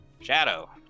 Shadow